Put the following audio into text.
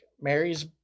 Mary's